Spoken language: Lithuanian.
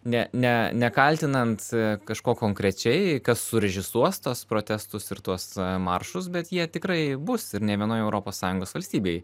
ne ne nekaltinant kažko konkrečiai kas surežisuos tuos protestus ir tuos maršus bet jie tikrai bus ir ne vienoj europos sąjungos valstybėj